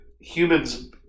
humans